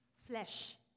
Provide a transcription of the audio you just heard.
flesh